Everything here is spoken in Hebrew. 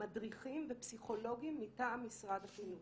מדריכים ופסיכולוגים מטעם משרד החינוך